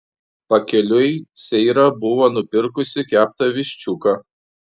pakeliui seira buvo nupirkusi keptą viščiuką